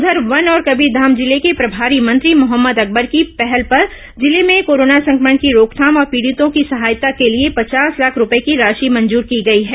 उघर वन और कबीरघाम जिले के प्रभारी मंत्री मोहम्मद अकबर की पहल पर जिले में कोरोना संक्रमण की रोकथाम और पीडि़तों की सहायता के लिए पचास लाख रूपए की राशि मंजूर की गई है